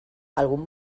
algun